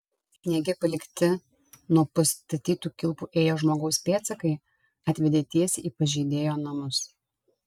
sniege palikti nuo pastatytų kilpų ėję žmogaus pėdsakai atvedė tiesiai į pažeidėjo namus